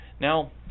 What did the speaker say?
Now